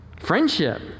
Friendship